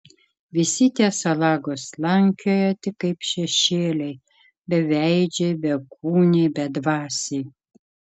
visi tie salagos slankioja tik kaip šešėliai beveidžiai bekūniai bedvasiai